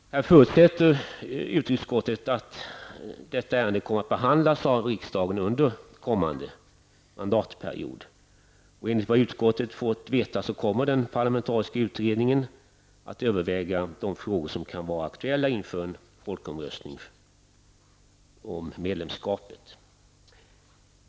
Utrikesutskottet förutsätter att detta ärende kommer att behandlas av riksdagen under kommande mandatperiod. Enligt vad utskottet har fått veta kommer den parlamentariska utredningen att överväga de frågor som kan vara aktuella inför en folkomröstning om EG-medlemskap.